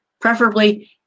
Preferably